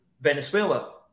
Venezuela